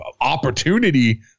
opportunity